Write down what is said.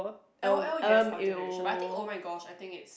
L_O_L yes our generation but I think oh-my-gosh I think it's